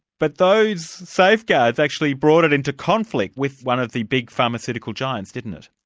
but those safeguards actually brought it into conflict with one of the big pharmaceutical giants, didn't?